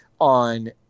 on